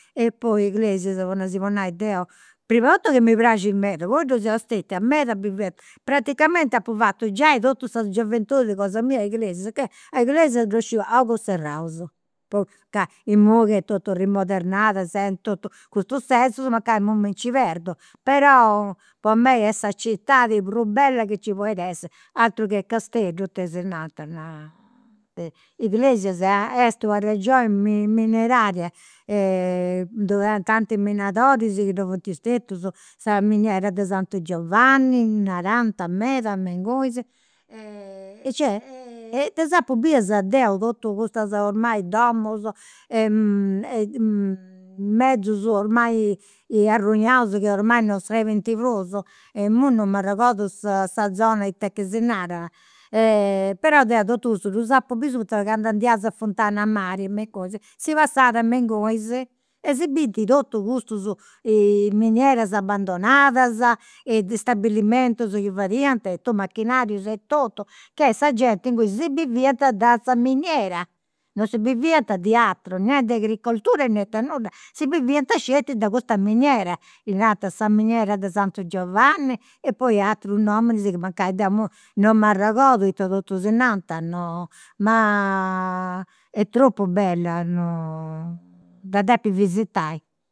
E poi Iglesias po nai si podit nai deu, prim'e totu ca mi praxit meda, poi ddoi seu stetia meda bivendi, praticamenti apu fatu totu sa gioventudi cosa mia a Iglesias, sicchè a Iglesias ddu sciu a ogus serraus. Poi ca imui est totu rimodernada sentu, totu custus sensus, mancai imui mi nci perdu, però po mei est sa citadi prus bella chi nci podit essi, aterus che Casteddu, tesinanta, no. Iglesias est una regioni mineraria, ddoi at tantis minadoris chi ddoi funt stetius. Sa miniera de santu Giovanni, narant meda me ingunis, e cioè ddas apu bidas deu totus custas ormai domus e mezzus ormai arruinaus, chi ormai non prus e imu non m'arregodu sa zona it'est chi si narat, però deu totu cussus ddus apu bius poita candu andaiaus a Funtanamari me i cosi, si passat me ingunis e si binti totus custus minieras abandonadas, stabilimentus chi fadiant e totu, machinarius e totu, che sa genti inguni si biviat de sa miniera, non si biviant de, nì di agricoltura nì de nudda, si biviant sceti de custa miniera. Ddi narant sa miniera de santu Giovanni e poi aturus nominis chi mancai deu imui non m'arregodu ita totu si nant. Ma est tropu bella, dda depis visitai